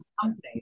companies